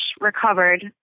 recovered